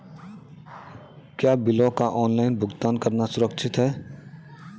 क्या बिलों का ऑनलाइन भुगतान करना सुरक्षित है?